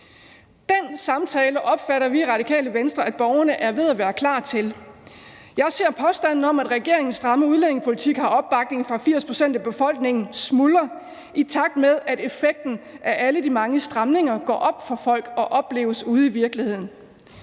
Den samtale opfatter vi i Det Radikale Venstre borgerne er ved at være klar til. Jeg ser påstanden om, at regeringens stramme udlændingepolitik har opbakning fra 80 pct. af befolkningen, smuldre, i takt med at effekten af alle de mange stramninger går op for folk og opleves ude i virkeligheden.